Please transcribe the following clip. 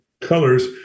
colors